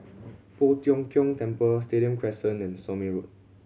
Poh Tiong Kiong Temple Stadium Crescent and Somme Road